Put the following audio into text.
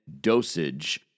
dosage